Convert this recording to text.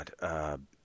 God